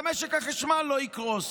גם משק החשמל לא יקרוס.